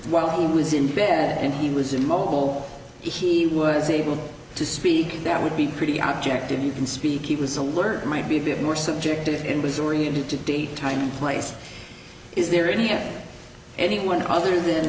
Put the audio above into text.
while he was in bed and he was in mobile he was able to speak that would be pretty objectively you can speak it was alert might be a bit more subjective and was oriented to date time place is there any anyone other than